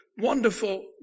wonderful